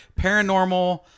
paranormal